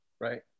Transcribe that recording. Right